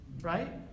Right